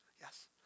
Yes